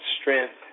strength